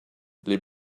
les